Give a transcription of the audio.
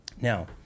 Now